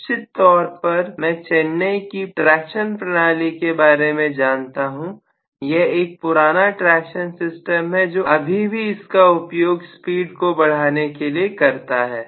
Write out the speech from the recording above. निश्चित तौर पर मैं चेन्नई की प्रशन प्रणाली के बारे मैं जानता हूं यह एक पुराना ट्रेक्शन सिस्टम है जो अभी भी इसका उपयोग स्पीड को बढ़ाने के लिए करता है